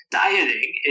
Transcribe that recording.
dieting